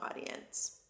audience